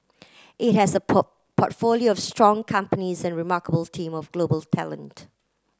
it has a port portfolio of strong companies and remarkable team of global talent